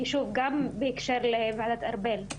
כי שוב, גם בהקשר לוועדת ארבל,